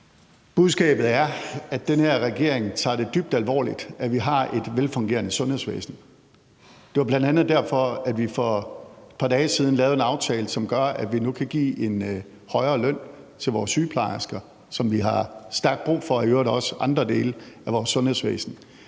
Budskabet er, at den her regering tager det dybt alvorligt, at vi har et velfungerende sundhedsvæsen. Det var bl.a. derfor, at vi for et par dage siden lavede en aftale, som gør, at vi nu kan give en højere løn til vores sygeplejersker, som vi har stærkt brug for, og i øvrigt også til andre dele af vores sundhedsvæsen.